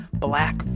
black